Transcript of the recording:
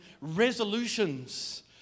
resolutions